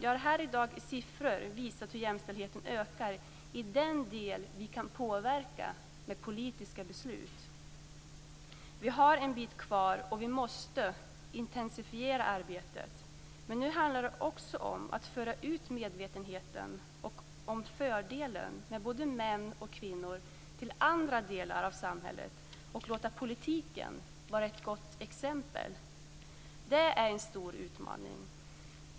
Jag har i dag i siffror visat hur jämställdheten ökar i den del vi kan påverka med politiska beslut. Vi har en bit kvar, och vi måste intensifiera arbetet. Nu handlar det också om att föra ut medvetenheten och om fördelen med både män och kvinnor i andra delar av samhället och låta politiken vara ett gott exempel. Det är en stor utmaning.